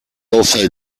also